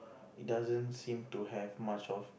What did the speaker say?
it doesn't seem to have much of